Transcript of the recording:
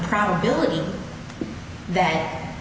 probability that